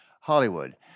Hollywood